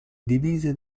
divise